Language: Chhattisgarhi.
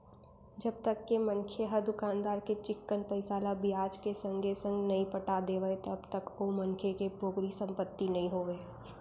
जब तक के मनखे ह दुकानदार के चिक्कन पइसा ल बियाज के संगे संग नइ पटा देवय तब तक ओ मनखे के पोगरी संपत्ति नइ होवय